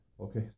Okay